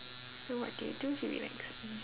so what do you to relax